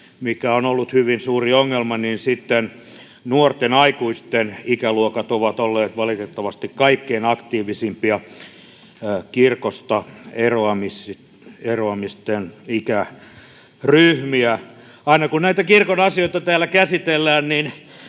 mikä on ollut hyvin suuri ongelma, niin nuorten aikuisten ikäluokat ovat olleet valitettavasti kaikkein aktiivisimpia kirkosta eroamisten ikäryhmiä. Aina kun näitä kirkon asioita täällä käsitellään, siinä